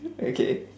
okay